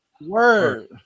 Word